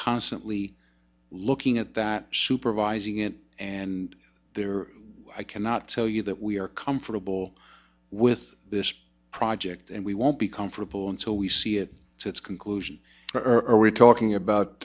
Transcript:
constantly looking at that supervising it and there i cannot tell you that we are comfortable with this project and we won't be comfortable until we see it to its conclusion are we talking